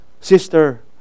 Sister